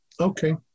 Okay